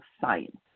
science